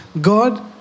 God